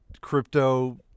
crypto